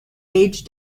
age